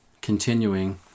Continuing